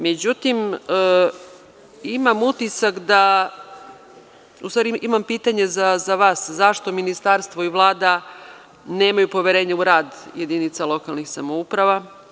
Međutim, imam pitanje za vas zašto Ministarstvo i Vlada nemaju poverenja u rad jedinica lokalnih samouprava?